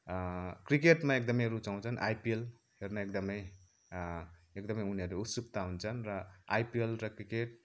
क्रिकेटमा एकदमै रूचाउँछन् आइपिएल हेर्न एकदमै एकदमै उनीहरू उत्सुकता हुन्छन् र आइपिएल र क्रिकेट